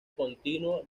continuo